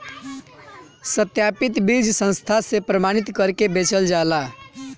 सत्यापित बीज संस्था से प्रमाणित करके बेचल जाला